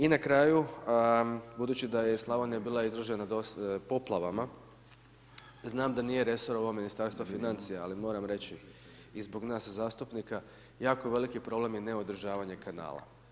I na kraju, budući da je Slavonija bila izložena dosta poplavama, znam da nije resor ovo Ministarstvo financija ali moram reći i zbog nas zastupnika, jako veliki problem je neodržavanje kanala.